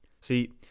See